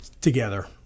together